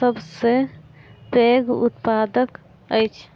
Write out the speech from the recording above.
सबसे पैघ उत्पादक अछि